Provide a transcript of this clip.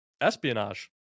espionage